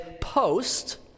post